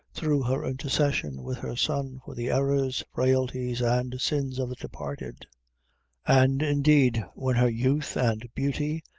through her intercession with her son, for the errors, frailties, and sins of the departed and, indeed, when her youth and beauty,